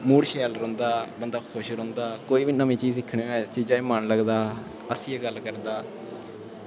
मूड़ शैल रौहंदा बंदा खुश रौहंदा कोई बी नमीं चीज़ै ई मन लगदा हस्सियै गल्ल करदा